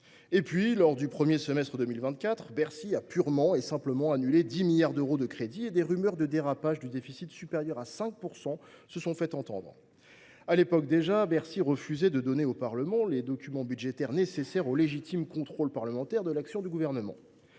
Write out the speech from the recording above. Et puis, au cours du premier semestre de 2024, Bercy a purement et simplement annulé 10 milliards d’euros de crédits et des rumeurs de dérapage du déficit à plus de 5 % se sont fait entendre. À l’époque, déjà, Bercy refusait de transmettre au Parlement les documents budgétaires nécessaires au légitime contrôle de l’action du Gouvernement.